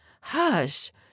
Hush